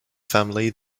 family